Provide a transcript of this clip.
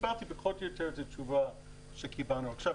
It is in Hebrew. קיבלתי פחות או יותר את התשובה שקיבלנו עכשיו.